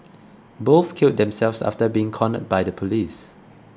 both killed themselves after being cornered by the police